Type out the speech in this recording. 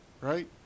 right